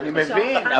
אני מבין,